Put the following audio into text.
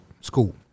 school